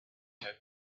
have